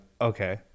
okay